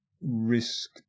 risk